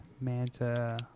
Manta